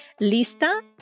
Lista